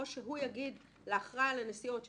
או שהוא יגיד לאחראי על הנסיעות,